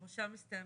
המושב מסתיים